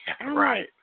Right